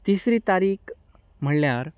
तिसरी तारीख म्हणल्यार